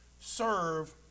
serve